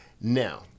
Now